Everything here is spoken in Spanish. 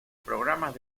programas